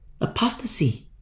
Apostasy